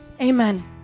amen